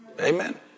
Amen